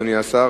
אדוני השר,